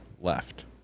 left